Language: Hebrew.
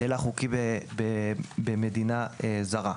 הילך חוקי במדינה זרה.